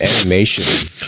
animation